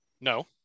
No